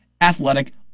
athletic